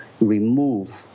remove